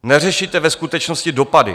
Neřešíte ve skutečnosti dopady.